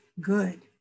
good